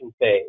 phase